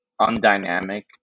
undynamic